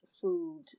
food